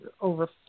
over